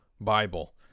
Bible